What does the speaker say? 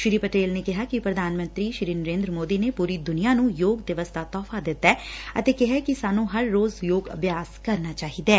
ਸ੍ਰੀ ਪਟੇਲ ਨੇ ਕਿਹਾ ਕਿ ਪ੍ਰਧਾਨ ਮੰਤਰੀ ਸ੍ਰੀ ਨਰੇਂਦਰ ਮੋਦੀ ਨੇ ਪੁਰੀ ਦੁਨੀਆ ਨੂੰ ਯੋਗ ਦਿਵਸ ਦਾ ਤੋਹਫਾ ਦਿੱਤੈ ਅਤੇ ਕਿਹੈ ਕਿ ਸਾਨੂੰ ਹਰ ਰੋਜ਼ ਯੋਗ ਅਭਿਆਸ ਕਰਨਾ ਚਾਹੀਦੈ